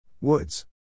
Woods